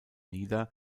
nieder